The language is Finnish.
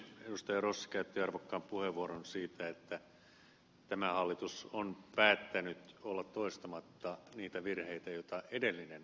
rossi käytti arvokkaan puheenvuoron siitä että tämä hallitus on päättänyt olla toistamatta niitä virheitä jota edellinen